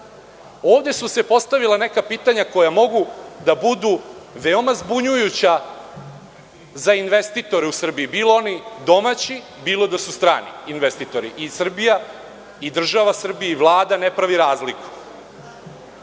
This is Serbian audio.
su se postavila neka pitanja koja mogu da budu veoma zbunjujuća za investitore u Srbiji, bilo oni domaći, bilo da su strani investitori i Srbija i država i Vlada ne prave razliku.